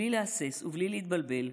בלי להסס ובלי להתבלבל,